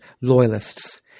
loyalists